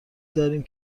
داریم